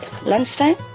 Lunchtime